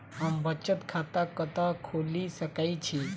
हम बचत खाता कतऽ खोलि सकै छी?